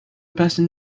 person